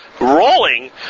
rolling